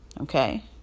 Okay